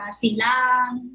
silang